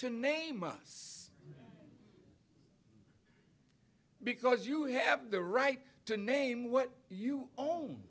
to name us because you have the right to name what you o